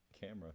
camera